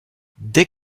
dès